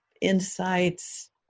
insights